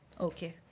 Okay